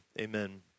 amen